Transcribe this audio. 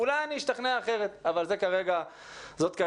אולי אשתכנע אחרת אבל זו כרגע עמדתי.